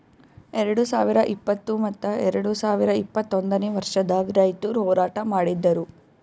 ಎರಡು ಸಾವಿರ ಇಪ್ಪತ್ತು ಮತ್ತ ಎರಡು ಸಾವಿರ ಇಪ್ಪತ್ತೊಂದನೇ ವರ್ಷದಾಗ್ ರೈತುರ್ ಹೋರಾಟ ಮಾಡಿದ್ದರು